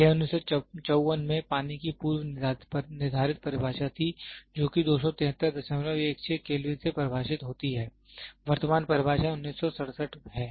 यह 1954 में पानी की पूर्व निर्धारित परिभाषा थी जो कि 27316 केल्विन से परिभाषित होती है वर्तमान परिभाषा 1967 है